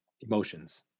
emotions